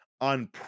on